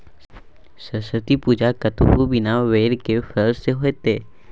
सरस्वती पूजा कतहु बिना बेरक फर सँ हेतै?